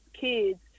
kids